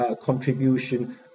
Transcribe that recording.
contribution